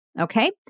Okay